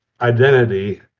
identity